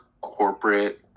corporate